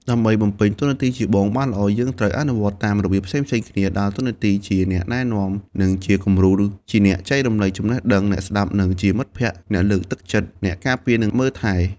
ដើម្បីបំពេញតួនាទីជាបងបានល្អ យើងអាចអនុវត្តតាមរបៀបផ្សេងៗគ្នា ដោយដើរតួជា អ្នកណែនាំ និងជាគំរូ ជាអ្នកចែករំលែកចំណេះដឹង អ្នកស្តាប់ និងជាមិត្តភក្តិ អ្នកលើកទឹកចិត្ត អ្នកការពារ និងមើលថែ។